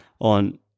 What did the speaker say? on